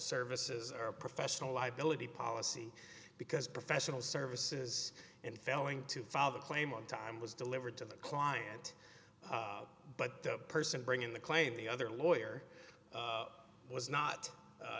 services are professional liability policy because professional services in failing to file the claim on time was delivered to the client but the person bringing the claim the other lawyer was not